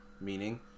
meaning